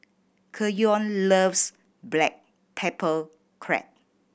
Keyon loves black pepper crab